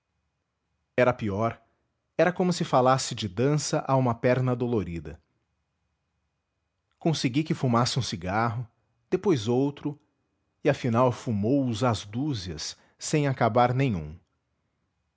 era pior era como se falasse de dança a uma perna dolorida consegui que fumasse um cigarro depois outro e afinal fumou os às dúzias sem acabar nenhum